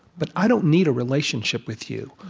but i don't need a relationship with you.